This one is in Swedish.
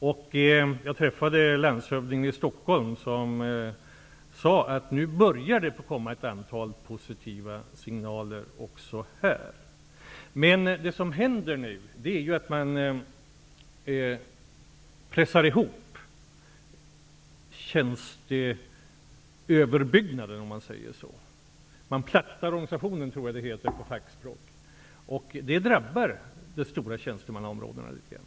Jag har träffat landshövdingen i Stockholm, och han sade att det nu börjar komma ett antal positiva signaler också här. Men det som nu händer är att tjänsteöverbyggnaden så att säga pressas ihop. Jag tror att det på fackspråk heter att man plattar organisationen. Detta drabbar de stora tjänstemannaområdena litet grand.